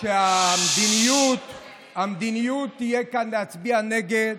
שהמדיניות תהיה כאן להצביע נגד,